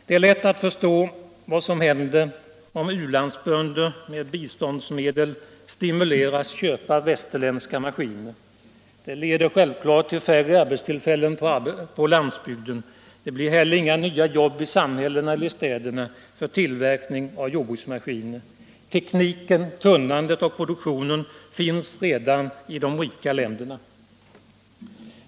Det är ganska lätt att förstå vad som händer om u-landsbönder med biståndsmedel luras att köpa västerländska maskiner. Det leder självfallet till färre arbetstillfällen på landsbygden. Det blir heller inga nya jobb i samhällena eller i städerna för tillverkning av jordbruksmaskiner. Tekniken, kunnandet och produktionen finns redan i de rika länderna.